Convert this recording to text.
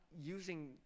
using